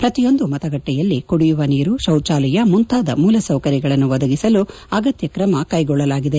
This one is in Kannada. ಪ್ರತಿಯೊಂದು ಮತಗಟ್ಟೆಯಲ್ಲಿ ಕುಡಿಯುವ ನೀರು ಶೌಚಾಲಯ ಮುಂತಾದ ಮೂಲಸೌಕರ್ಯಗಳನ್ನು ಒದಗಿಸಲು ಅಗತ್ಯ ಕ್ರಮಕೈಗೊಳ್ಳಲಾಗಿದೆ